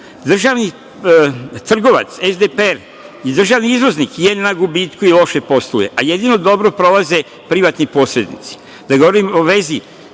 državni trgovac, SDPR i državni izvoznik je na gubitku i loše posluje, a jedino dobro prolaze privatni posrednici. Ne govorim o vezi